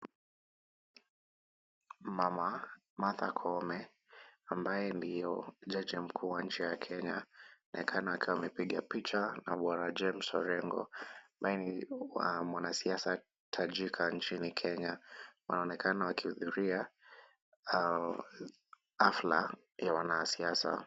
Mama Martha Koome ambaye ndio jaji mkuu wa nchi ya kenya, anaonekana akiwa amepiga picha na bwana James Orengo naye ni mwanasiasa tajika nchini Kenya. Wanaonekana wakiudhuria hafla ya wanasiasa.